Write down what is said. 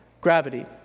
gravity